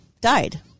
died